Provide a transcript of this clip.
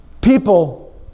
People